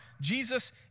Jesus